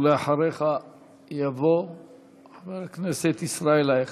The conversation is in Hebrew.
חמש דקות, ואחריך יבוא חבר הכנסת ישראל אייכלר.